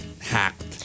hacked